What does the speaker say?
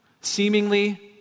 seemingly